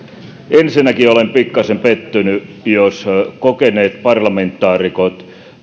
ensinnäkin olen pikkasen pettynyt jos kokeneet parlamentaarikot